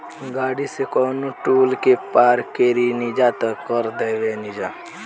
गाड़ी से कवनो टोल के पार करेनिजा त कर देबेनिजा